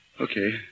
Okay